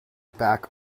back